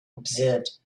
observed